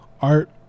art